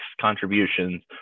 contributions